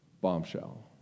bombshell